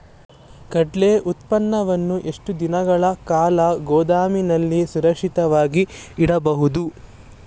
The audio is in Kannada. ಕಡ್ಲೆ ಉತ್ಪನ್ನವನ್ನು ಎಷ್ಟು ದಿನಗಳ ಕಾಲ ಗೋದಾಮಿನಲ್ಲಿ ಸುರಕ್ಷಿತವಾಗಿ ಇಡಬಹುದು?